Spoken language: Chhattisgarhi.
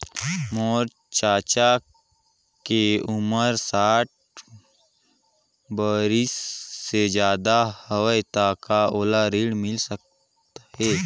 मोर चाचा के उमर साठ बरिस से ज्यादा हवे तो का ओला ऋण मिल सकत हे?